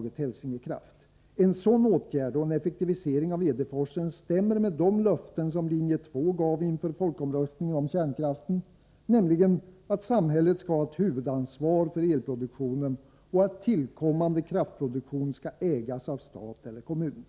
AB Hälsingekraft. En sådan åtgärd och en effektivisering av Edeforsen stämmer med de löften som linje 2 :gav inför folkomröstningen om kärnkraften, nämligen att samhället skall ha ett huvudansvar för elproduktionen och att tillkommande kraftproduktion skall ägas av stat eller kommun.